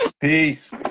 Peace